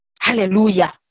Hallelujah